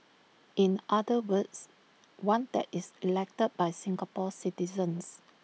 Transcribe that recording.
in other words one that is elected by Singapore citizens